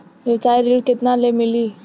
व्यवसाय ऋण केतना ले मिली?